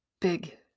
big